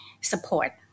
support